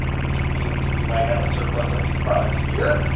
which means we might have a surplus of these products here.